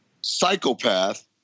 psychopath